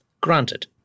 Granted